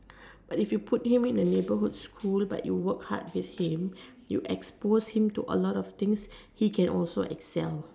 but if you put him in a neighbourhood school but you work hard with him you expose him to a lot of things he can also Excel